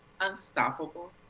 Unstoppable